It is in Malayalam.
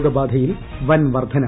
രോഗബാധയിൽ വൻ വർദ്ദുന്